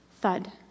thud